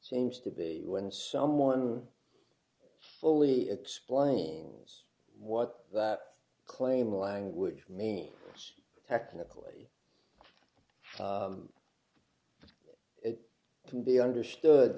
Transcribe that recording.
seems to be when someone fully explain what that claim language may us technically it can be understood